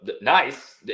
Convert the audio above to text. nice